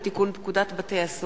הצעת חוק לתיקון פקודת בתי-הסוהר